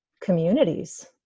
communities